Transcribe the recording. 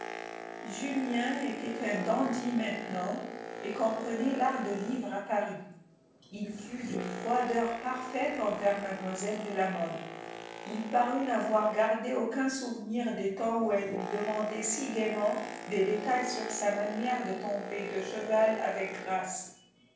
julien était un dandy maintenant et comprenait l'art de vivre à paris il fut d'une froideur parfaite envers mlle de la mole il parut n'avoir gardé aucun souvenir des temps où elle lui demandait si gaiement des détails sur sa manière de tomber de cheval avec grâce